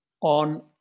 On